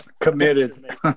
committed